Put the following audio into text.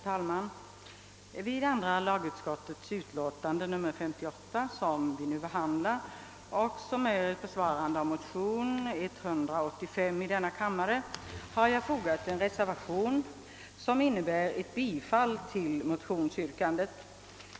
Herr talman! Vid andra lagutskottets utlåtande nr 58, som vi nu behandlar och som är ett besvarande av motion II: 185, har jag fogat en reservation, som innebär ett bifall till motionsyrkandet.